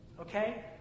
Okay